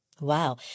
Wow